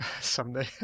someday